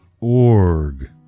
org